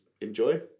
enjoy